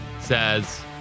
says